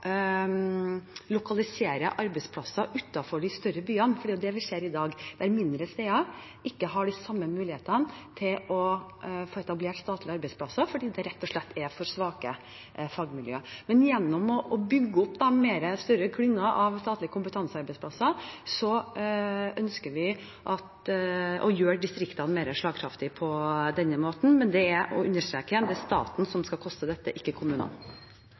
lokalisere arbeidsplasser utenfor de større byene også. Vi ser i dag at mindre steder ikke har de samme mulighetene til å få etablert statlige arbeidsplasser, fordi det rett og slett er for svake fagmiljøer. Gjennom å bygge opp større klynger av statlige kompetansearbeidsplasser ønsker vi å gjøre distriktene mer slagkraftige. Men jeg vil igjen understreke at det er staten som skal ta kostnaden ved dette, ikke kommunene.